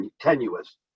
tenuous